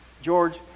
George